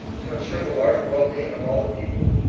to insure the larger well-being of all the people.